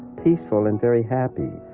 peaceful, and very happy.